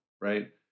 right